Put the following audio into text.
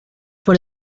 por